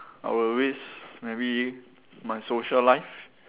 I will risk maybe my social life